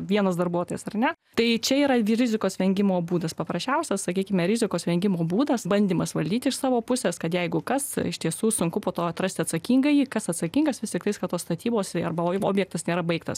vienas darbuotojas ar ne tai čia yra rizikos vengimo būdas paprasčiausias sakykime rizikos vengimo būdas bandymas valdyti iš savo pusės kad jeigu kas iš tiesų sunku po to atrasti atsakingąjį kas atsakingas vistiek vyksta tos statybos arba objektas nėra baigtas